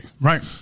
Right